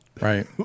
Right